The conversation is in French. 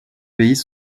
pays